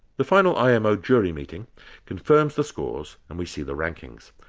the final imo jury meeting confirms the scores and we see the rankings.